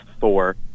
Thor